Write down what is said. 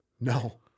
No